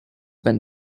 been